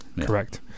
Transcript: correct